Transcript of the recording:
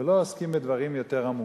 ולא עוסקים בדברים יותר עמוקים.